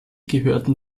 gehörten